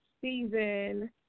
season